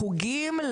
לחוגים,